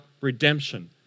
redemption